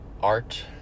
art